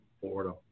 Florida